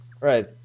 right